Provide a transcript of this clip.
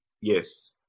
yes